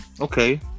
Okay